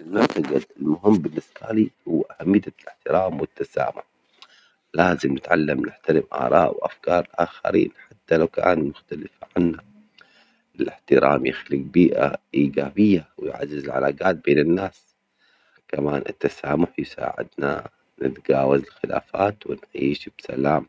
المعتجد المهم بالنسبة لي هو أهمية الاحترام والتسامح، لازم نتعلم نحترم آراء وأفكار الآخرين حتى لو كان مختلف عنا، الاحترام يخلق بيئة إيجابية ويعزز العلاقات بين الناس، كمان التسامح يساعدنا نتجاوز الخلافات وأي شئ بسلام،